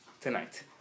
tonight